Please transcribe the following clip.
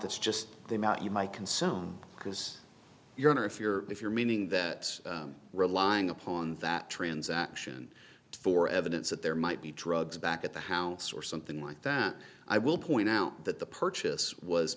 that's just the amount you might consume because you're in or if you're if you're meaning that relying upon that transaction for evidence that there might be drugs back at the house or something like that i will point out that the purchase was